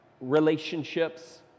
relationships